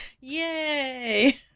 yay